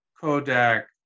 Kodak